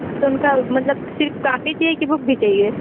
हाँ तो उनका मतलब सिर्फ काँपी चाहिए कि बुक भी चाहिए